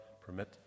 permit